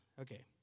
Okay